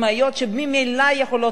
שממילא יכולות לשרוד,